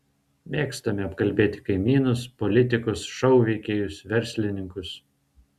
mėgstame apkalbėti kaimynus politikus šou veikėjus verslininkus